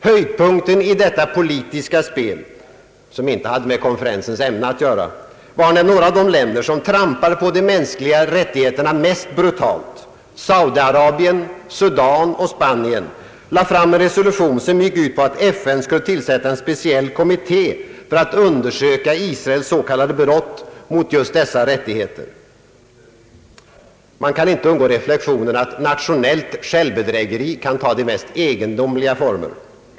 Höjdpunkten i detta politiska spel, som inte hade med konferensens ämne att göra, var när några av de länder som trampar på de mänskliga rättigheterna mest brutalt — Saudi-Arabien, Sudan och Spanien — lade fram en resolution, som gick ut på att FN skulle tillsätta en speciell kommitté för att undersöka Israels s.k. brott mot just dessa rättigheter. Man kan inte undgå reflexionen att nationellt självbedrägeri kan ta de mest egendomliga former.